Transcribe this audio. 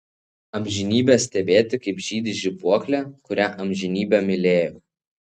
amžinybę stebėti kaip žydi žibuoklė kurią amžinybę mylėjau